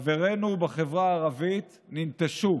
חברינו בחברה הערבית ננטשו.